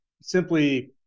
simply